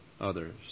others